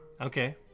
Okay